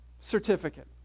certificate